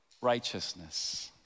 righteousness